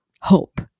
hope